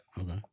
Okay